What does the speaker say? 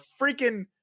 freaking